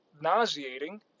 nauseating